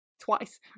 twice